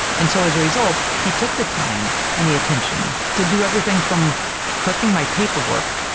and so, as a result, he took the time and the attention to do everything from correcting my paperwork,